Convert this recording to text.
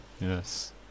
Yes